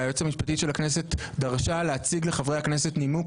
והיועצת המשפטית של הכנסת דרשה להציג לחברי הכנסת נימוק